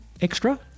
extra